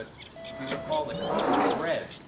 do you recall the common thread?